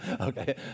Okay